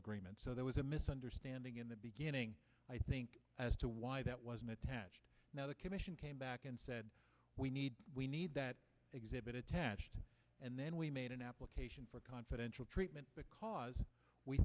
agreement so there was a misunderstanding in the beginning i think as to why that was an attached now the commission came back and said we need we need that exhibit attached and then we made an application for confidential treatment because we